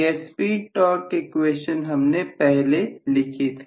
यह speed torque equation हमने पहले लिखी थी